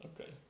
Okay